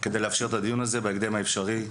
כדי לאפשר את הדיון הזה בהקדם האפשרי.